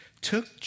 took